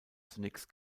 zunächst